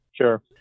Sure